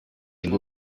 buryo